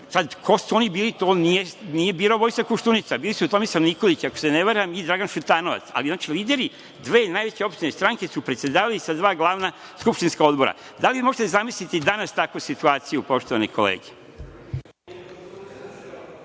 Dakle, ko su oni bili, to nije birao Vojislav Koštunica, bili su Tomislav Nikolić, ako se ne varam, i Dragan Šutanovac, ali lideri dve najveće opozicione stranke su predsedavali sa dva glavna skupštinska odbora. Da li možete da zamislite i danas takvu situaciju, poštovane kolege?